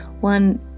one